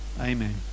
Amen